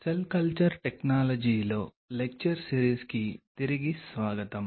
cell culture టెక్నాలజీలో lecture సిరీస్కి తిరిగి స్వాగతం